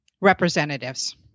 representatives